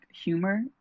humor